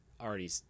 already